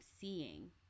seeing